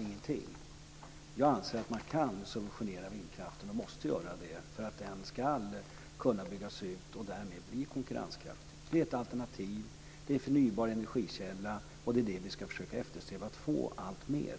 ingenting. Jag anser att man kan och måste subventionera vindkraften, för att den ska kunna byggas ut och därmed bli konkurrenskraftig. Den är ett alternativ, en förnybar energikälla. Det är vad vi ska försöka eftersträva alltmer.